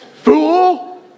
Fool